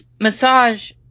massage